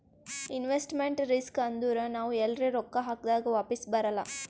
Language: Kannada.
ಇನ್ವೆಸ್ಟ್ಮೆಂಟ್ ರಿಸ್ಕ್ ಅಂದುರ್ ನಾವ್ ಎಲ್ರೆ ರೊಕ್ಕಾ ಹಾಕ್ದಾಗ್ ವಾಪಿಸ್ ಬರಲ್ಲ